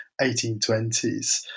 1820s